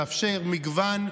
לאפשר מגוון,